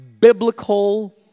biblical